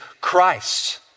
Christ